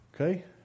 okay